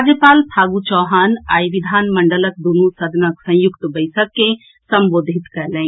राज्यपाल फागू चौहान आई विधानमंडलक दूनु सदनक संयुक्त बैसक के संबोधित कयलनि